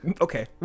Okay